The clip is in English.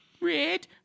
red